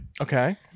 okay